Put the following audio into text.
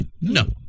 No